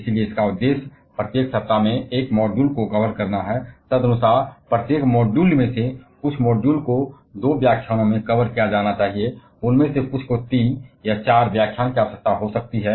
इसलिए उद्देश्य प्रत्येक सप्ताह में एक मॉड्यूल को कवर करना है तदनुसार प्रत्येक मॉड्यूल में से कुछ मॉड्यूल को दो व्याख्यानों में कवर किया जाना चाहिए उनमें से कुछ को तीन या चार व्याख्यान की आवश्यकता हो सकती है